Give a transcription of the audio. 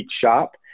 shop